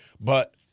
but-